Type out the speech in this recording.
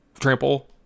Trample